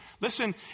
listen